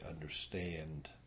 understand